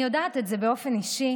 אני יודעת את זה באופן אישי,